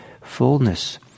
fullness